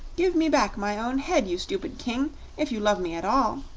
give me back my own head, you stupid king if you love me at all!